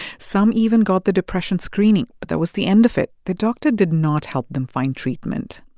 some even got the depression screening, but that was the end of it. the doctor did not help them find treatment.